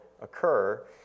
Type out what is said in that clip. occur